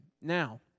Now